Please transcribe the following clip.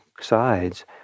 sides